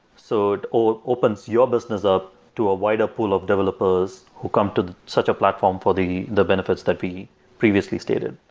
so it opens your business up to a wider pool of developers who come to such a platform for the the benefits that we previously stated.